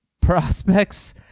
prospects